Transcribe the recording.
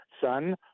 Son